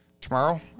tomorrow